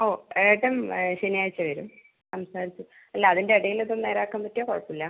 ഓ ഏട്ടൻ ശനിയാഴ്ച വരും സംസാരിച്ച് അല്ല അതിൻ്റ ഇടയിൽ ഇത് നേരെ ആക്കാൻ പറ്റിയാൽ കുഴപ്പം ഇല്ല